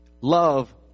Love